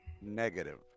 negative